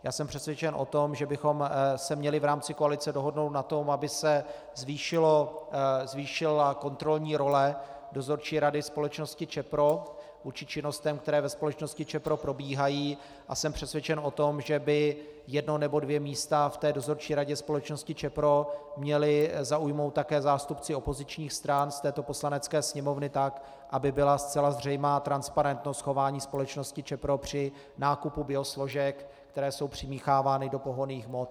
Já jsem přesvědčen o tom, že bychom se měli v rámci koalice dohodnout na tom, aby se zvýšila kontrolní role dozorčí rady společnosti ČEPRO vůči činnostem, které ve společnosti ČEPRO probíhají, a jsem přesvědčen o tom, že by jedno nebo dvě místa v dozorčí radě společnosti ČEPRO měli zaujmout také zástupci opozičních stran z této Poslanecké sněmovny, tak aby byla zcela zřejmá transparentnost chování společnosti ČEPRO při nákupu biosložek, které jsou přimíchávány do pohonných hmot.